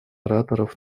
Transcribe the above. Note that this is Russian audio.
ораторов